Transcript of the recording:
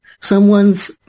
someone's